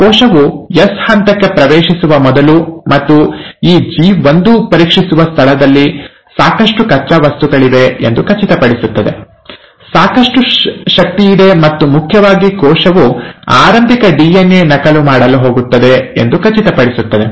ಕೋಶವು ಎಸ್ ಹಂತಕ್ಕೆ ಪ್ರವೇಶಿಸುವ ಮೊದಲು ಮತ್ತು ಈ ಜಿ1 ಪರೀಕ್ಷಿಸುವ ಸ್ಥಳದಲ್ಲಿ ಸಾಕಷ್ಟು ಕಚ್ಚಾ ವಸ್ತುಗಳಿವೆ ಎಂದು ಖಚಿತಪಡಿಸುತ್ತದೆ ಸಾಕಷ್ಟು ಶಕ್ತಿಯಿದೆ ಮತ್ತು ಮುಖ್ಯವಾಗಿ ಕೋಶವು ಆರಂಭಿಕ ಡಿಎನ್ಎ ನಕಲು ಮಾಡಲು ಹೋಗುತ್ತದೆ ಎಂದು ಖಚಿತಪಡಿಸುತ್ತದೆ